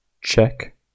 check